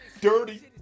dirty